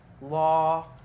law